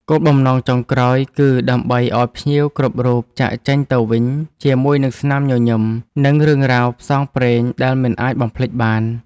គោលបំណងចុងក្រោយ គឺដើម្បីឱ្យភ្ញៀវគ្រប់រូបចាកចេញទៅវិញជាមួយនឹងស្នាមញញឹម និងរឿងរ៉ាវផ្សងព្រេងដែលមិនអាចបំភ្លេចបាន។